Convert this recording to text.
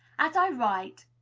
as i write,